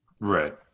Right